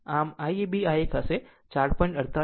આમ Iab આ એક હશે 4